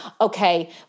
okay